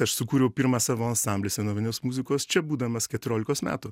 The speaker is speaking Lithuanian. aš sukūriau pirmą savo ansamblį senovinės muzikos čia būdamas keturiolikos metų